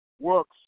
works